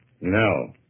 No